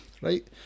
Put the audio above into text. right